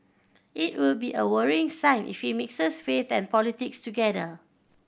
it will be a worrying sign if he mixes faith and politics together